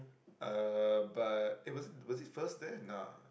uh but eh was it was it first there nah